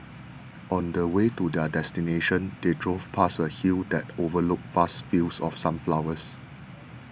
on the way to their destination they drove past a hill that overlooked vast fields of sunflowers